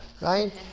Right